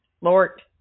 Lord